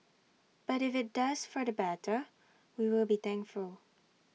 but if IT does for the better we will be thankful